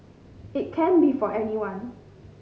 it can be for anyone